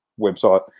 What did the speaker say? website